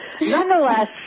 Nonetheless